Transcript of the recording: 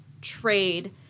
trade